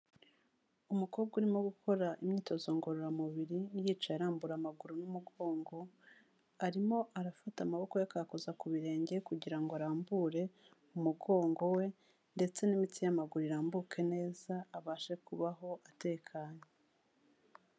Umukobwa urimo gukora imyitozo ngororamubiri, yicaye arambura amaguru n'umugongo, arimo arafata amaboko ye akayakoza ku birenge kugira ngo arambure umugongo we ndetse n'imitsi y'amaguru irambuke neza abashe kubaho atekanye.